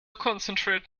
concentrate